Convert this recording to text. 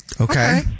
Okay